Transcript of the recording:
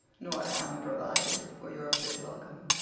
nor am provided for your fit welcome.